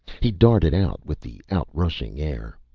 he darted out with the outrushing air.